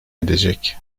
edecek